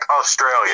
Australia